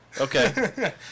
Okay